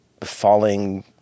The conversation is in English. falling